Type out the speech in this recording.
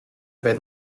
avait